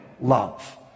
love